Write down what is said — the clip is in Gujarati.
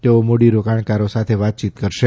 તેઓ મૂડીરોકાણકારો સાથે વાતયીત કરશે